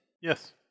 Yes